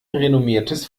renommiertes